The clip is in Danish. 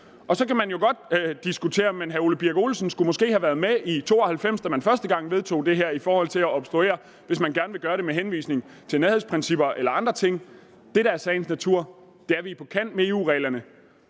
og så kan man jo godt diskutere det. Men hr. Ole Birk Olesen skulle måske have været med i 1992, da vi første gang vedtog det her, hvis det drejer sig om, at man vil obstruere det og at man gerne vil gøre det med henvisning til et nærhedsprincip eller andre ting. Men det, der er sagen her, er, at vi er på kant med EU-reglerne,